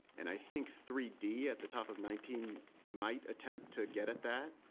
and i think three d at the top of nineteen might attempt to get at that,